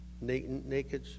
naked